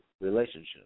relationship